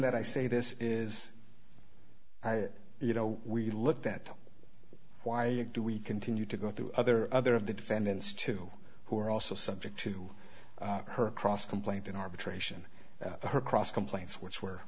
that i say this is you know we looked at why do we continue to go through other other of the defendants too who are also subject to her cross complaint in arbitration her cross complaints which were